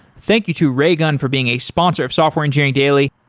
thank you to raygun for being a sponsor of software engineering daily,